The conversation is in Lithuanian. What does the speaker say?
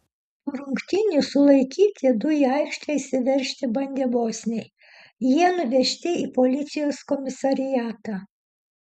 po rungtynių sulaikyti du į aikštę išsiveržti bandę bosniai jie nuvežti į policijos komisariatą